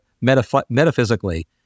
metaphysically